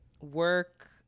work